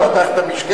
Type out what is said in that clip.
הוא כבר פתח את המשקפת?